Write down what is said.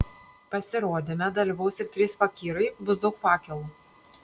pasirodyme dalyvaus ir trys fakyrai bus daug fakelų